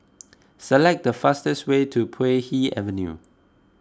select the fastest way to Puay Hee Avenue